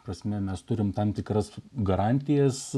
prasme mes turime tam tikras garantijas